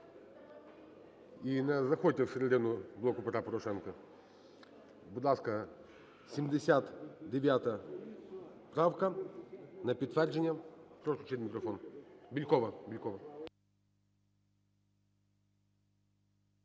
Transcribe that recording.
І не заходьте всередину "Блоку Петра Порошенка". Будь ласка, 79 правка, на підтвердження. Прошу включити мікрофон. Бєлькова. Бєлькова.